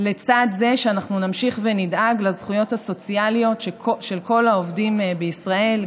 לצד זה שנמשיך ונדאג לזכויות הסוציאליות של כל העובדים בישראל,